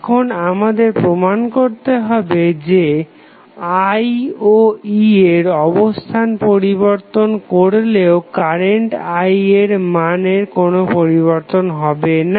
এখন আমাদের প্রমান করতে হবে যে I ও E এর অবস্থান পরিবর্তন করলেও কারেন্ট I এর মানের কোনো পরিবর্তন হবে না